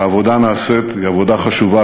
והעבודה הנעשית היא עבודה חשובה,